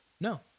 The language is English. No